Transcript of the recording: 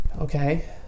okay